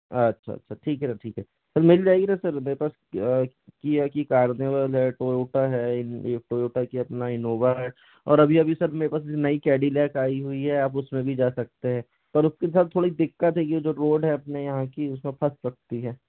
अच्छा अच्छा ठीक है ना ठीक है सर मिल जाएगी ना सर मेरे पास किया की कार्निवल है टोयोटा है टोयोटा की अपना इन्नोवा है और अभी अभी सर मेरे पास नई कैडिलैक आई हुई है आप उसमें भी जा सकते हैं पर उसके साथ थोड़ी दिक्कत है कि वो जो रोड है अपने यहाँ की उसमें फंस सकती है